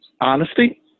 honesty